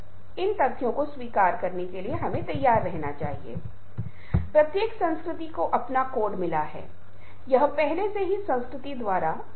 दृश्य संचार हमने एक महत्वपूर्ण सीमा तक प्रकाश डाला और हमने यह विचार किया कि हम एक दृश्य दुनिया और मल्टीमीडिया की आवश्यक दुनिया में रहते हैं